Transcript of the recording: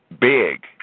big